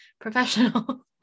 professional